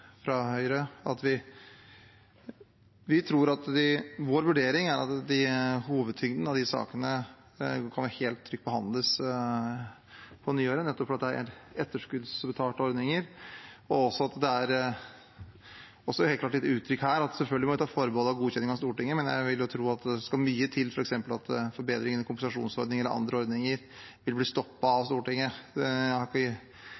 at vår vurdering er at hovedtyngden av de sakene helt trygt kan behandles på nyåret, nettopp fordi det gjelder etterskuddsbetalte ordninger. Det er helt klart også gitt uttrykk for at vi selvfølgelig må ta forbehold om godkjenning fra Stortinget, men jeg vil tro at det skal mye til for at f.eks. forbedring i kompensasjonsordningen eller andre ordninger vil bli stoppet av Stortinget. Jeg har ikke